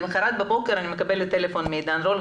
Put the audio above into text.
למחרת בבוקר אני מקבלת טלפון מעידן רול,